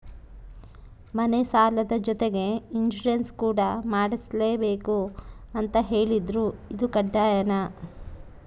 ಮನೆ ಸಾಲದ ಜೊತೆಗೆ ಇನ್ಸುರೆನ್ಸ್ ಕೂಡ ಮಾಡ್ಸಲೇಬೇಕು ಅಂತ ಹೇಳಿದ್ರು ಇದು ಕಡ್ಡಾಯನಾ?